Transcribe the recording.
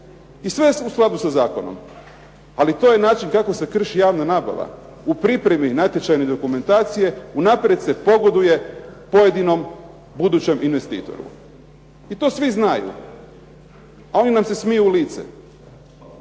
i sve u skladu sa zakonom, ali to je način kako se krši javna nabava. U Pripremi natječajne dokumentacije unaprijed se pogoduje pojedinom budućem investitoru, to svi znaju, a oni nam se smiju u lice.